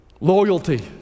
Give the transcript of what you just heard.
Loyalty